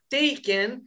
taken